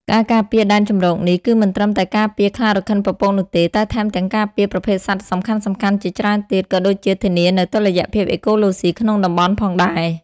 ការការពារដែនជម្រកនេះ គឺមិនត្រឹមតែការពារខ្លារខិនពពកនោះទេ តែថែមទាំងការពារប្រភេទសត្វសំខាន់ៗជាច្រើនទៀត ក៏ដូចជាធានានូវតុល្យភាពអេកូឡូស៊ីក្នុងតំបន់ផងដែរ។